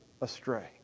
astray